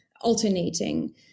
alternating